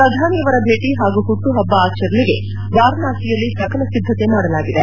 ಪ್ರಧಾನಿಯವರ ಭೇಟ ಹಾಗೂ ಹುಟ್ಲುಹಬ್ಬ ಆಚರಣೆಗೆ ವಾರಣಾಸಿಯಲ್ಲಿ ಸಕಲ ಸಿದ್ದತೆ ಮಾಡಲಾಗಿದೆ